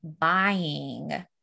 buying